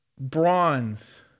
Bronze